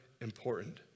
important